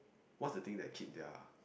what's the things that keep their